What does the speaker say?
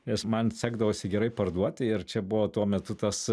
nes man sekdavosi gerai parduoti ir čia buvo tuo metu tas